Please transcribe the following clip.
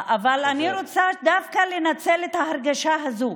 אבל אני רוצה דווקא לנצל את ההרגשה הזאת,